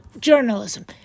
journalism